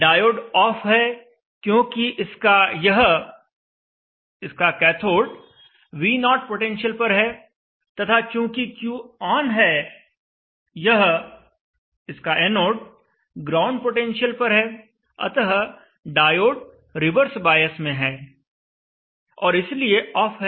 diode off है क्योंकि यह इसका कैथोड V0 पोटेंशियल पर है तथा चूँकि Q ऑन है यह इसका एनोड ग्राउंड पोटेंशियल पर है अतः डायोड रिवर्स बॉयस में है और इसलिए ऑफ है